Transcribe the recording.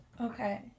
Okay